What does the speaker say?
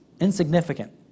Insignificant